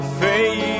faith